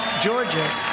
Georgia